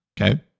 Okay